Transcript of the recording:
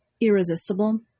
irresistible